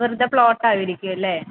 വെറുതെ പ്ലോട്ട് ആയിരിക്കും അല്ലെ